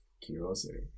curiosity